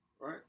right